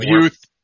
youth